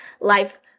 life